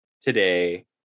today